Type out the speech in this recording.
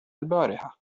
البارحة